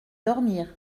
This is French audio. dormir